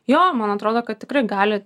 jo man atrodo kad tikrai gali